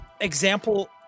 example